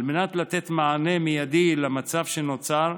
על מנת לתת מענה מיידי במצב שנוצר,